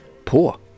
poor